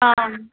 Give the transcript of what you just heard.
ஆ